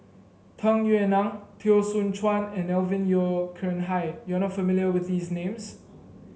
Tung Yue Nang Teo Soon Chuan and Alvin Yeo Khirn Hai you are not familiar with these names